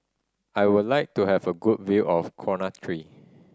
I would like to have a good view of Conatre